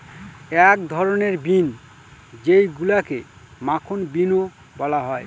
এক ধরনের বিন যেইগুলাকে মাখন বিনও বলা হয়